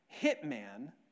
hitman